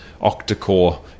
octa-core